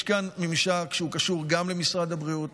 יש כאן ממשק שקשור גם למשרד הבריאות,